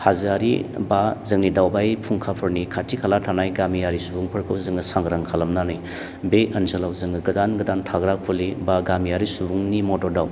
हाजोयारि बा जोंनि दावबाय फुंखाफोरनि खाथि खाला थानाय गामियारि सुबुंफोरखौ जोङो सांग्रां खालामनानै बे ओनसोलाव जोङो गोदान गोदान थाग्रा खुलि बा गामियारि सुबुंनि मददआव